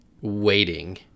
waiting